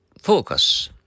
Focus